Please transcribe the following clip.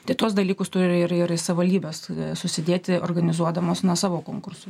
tai tuos dalykus turi ir ir savivaldybės susidėti organizuodamos na savo konkursų